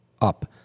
up